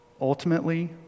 Ultimately